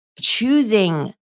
choosing